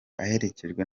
aherekejwe